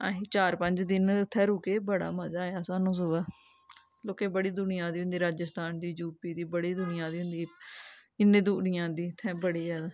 असीं चार पंज दिन उत्थें रुके बड़ा मजा आया सानूं सगोआं लोक बड़ी दुनियां आई दी होंदी राजस्थान दी यू पी दी बड़ी दुनिया आई दी होंदी इन्नी दुनियां आंदी उत्थें बड़ी जादा